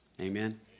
Amen